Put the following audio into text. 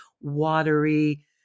watery